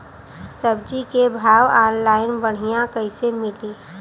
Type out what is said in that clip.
सब्जी के भाव ऑनलाइन बढ़ियां कइसे मिली?